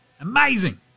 Amazing